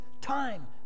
time